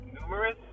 numerous